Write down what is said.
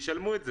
שישלמו את זה.